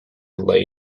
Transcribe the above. laid